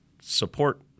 support